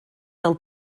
del